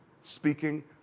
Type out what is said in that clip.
speaking